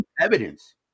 Evidence